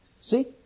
See